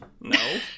No